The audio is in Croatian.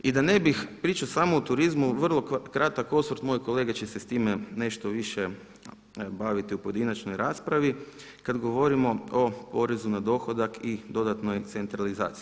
I da ne bih pričao samo o turizma, vrlo kratak osvrt, moj kolega će se s time nešto više baviti u pojedinačnoj raspravi, kada govorimo o porezu na dohodak i dodatnoj centralizaciji.